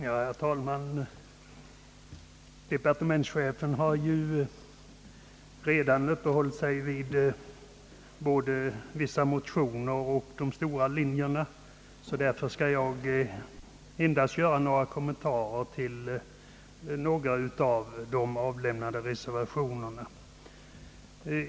Herr talman! Departementschefen har ju redan uppehållit sig vid både vissa motioner och de stora linjerna. Därför skall jag endast ganska kort kommentera några av de föreliggande reservationerna.